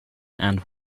and